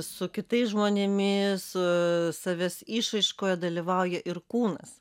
su kitais žmonėmis savęs išraiškoje dalyvauja ir kūnas